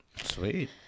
Sweet